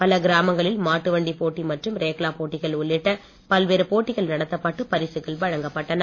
பல கிராமங்களில் மாட்டு வண்டிப் போட்டி மற்றும் ரேக்லா போட்டிகள் உள்ளிட்ட பல்வேறு போட்டிகள் நடத்தப்பட்டு பரிசுகள் வழங்கப்பட்டன